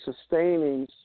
sustaining